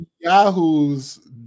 Yahoos